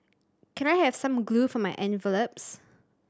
can I have some glue for my envelopes